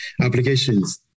applications